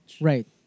Right